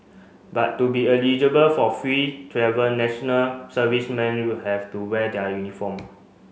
but to be eligible for free travel national servicemen you will have to wear their uniform